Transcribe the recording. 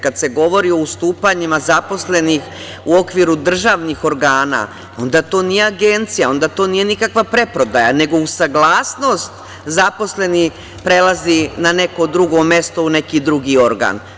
Kada se govori o ustupanjima zaposlenih u okviru državnih organa, onda to nije agencija, onda to nije nikakva preprodaja, nego uz saglasnost zaposlenih prelazi na neko drugo mesto u neki drugi organ.